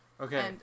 Okay